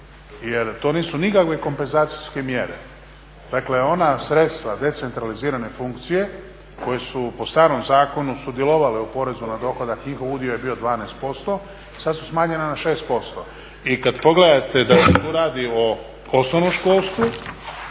jer to nisu nikakve kompenzacijske mjere. Dakle, ona sredstva decentralizirane funkcije koje su po starom zakonu sudjelovale u porezu na dohodak, njihov udio je bio 12%, sad su smanjena na 6%. I kad pogledate da se tu radi o osnovnom školstvu